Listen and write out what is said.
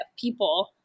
people